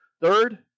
Third